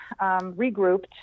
regrouped